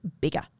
bigger